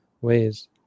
ways